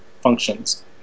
functions